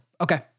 Okay